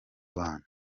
bana